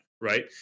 right